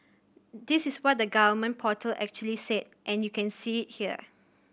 this is what the government portal actually said and you can see here